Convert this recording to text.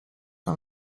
nam